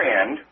end